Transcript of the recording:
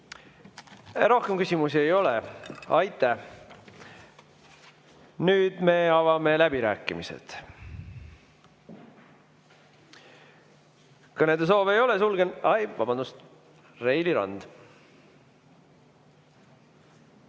Rohkem küsimusi ei ole. Aitäh! Nüüd me avame läbirääkimised. Kõnesoove ei ole, sulgen ... Ai, vabandust! Reili Rand.